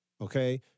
okay